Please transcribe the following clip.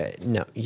No